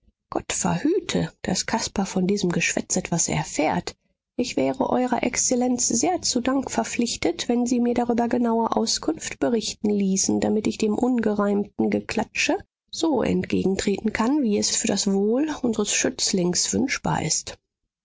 gott verhüte daß caspar von diesem geschwätz etwas erfährt ich wäre eurer exzellenz sehr zu dank verpflichtet wenn sie mir darüber genaue auskunft berichten ließen damit ich dem ungereimten geklatsche so entgegentreten kann wie es für das wohl unsers schützlings wünschbar ist